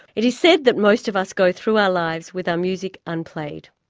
it is said that most of us go through our lives with our music unplayed.